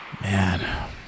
Man